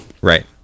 Right